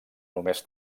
només